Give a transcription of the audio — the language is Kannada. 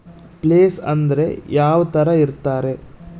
ಪ್ಲೇಸ್ ಅಂದ್ರೆ ಯಾವ್ತರ ಇರ್ತಾರೆ?